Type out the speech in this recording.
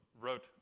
wrote